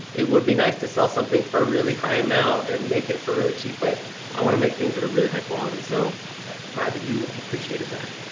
it would be nice to sell something for a really high amount, and make it for really cheap, but i wanna make things that are really high-quality. so, i'm glad that you appreciated that.